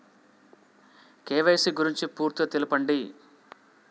KYC గురించి పూర్తిగా తెలపండి?